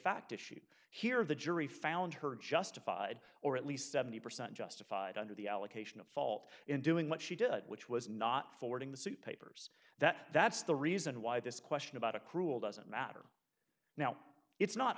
fact issue here the jury found her justified or at least seventy percent justified under the allocation of fault in doing what she did which was not forwarding the suit papers that that's the reason why this question about a cruel doesn't matter now it's not